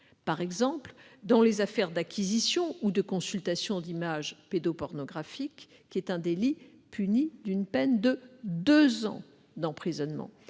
par exemple, aux affaires d'acquisition ou de consultation d'images pédopornographiques qui constituent un délit puni de deux ans d'emprisonnement.